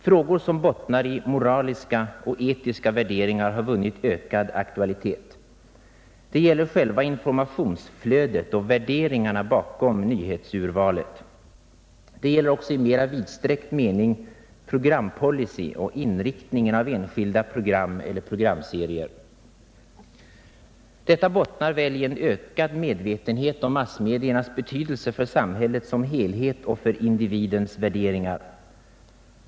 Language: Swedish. Frågor som bottnar i moraliska och etiska värderingar har vunnit ökad aktualitet. Det gäller själva informationsflödet och värderingarna bakom nyhetsurvalet. Det gäller också i mera vidsträckt mening programpolicy och inriktningen av enskilda program eller programserier. Detta bottnar väl i en ökad medvetenhet om massmediernas betydelse för samhället som helhet och för individens värderingar.